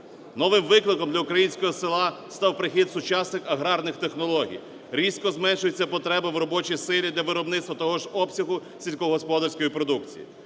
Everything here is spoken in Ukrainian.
Новим викликом для українського села став прихід сучасних аграрних технологій. Різко зменшуються потреби в робочій силі для виробництва того ж обсягу сільськогосподарської продукції.